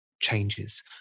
changes